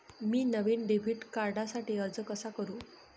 मी नवीन डेबिट कार्डसाठी अर्ज कसा करु?